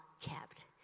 kept